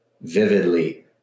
vividly